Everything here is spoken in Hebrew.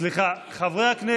סליחה, חברי הכנסת.